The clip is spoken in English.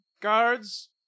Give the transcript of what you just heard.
guards